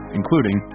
including